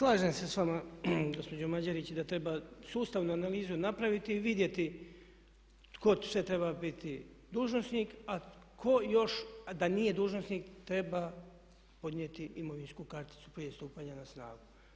Slažem se sa vama gospođo Mađerić da treba sustavnu analizu napraviti i vidjeti tko sve treba biti dužnosnik, a tko još da nije dužnosnik treba podnijeti imovinsku karticu prije stupanja na snagu.